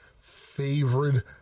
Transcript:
favorite